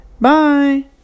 Bye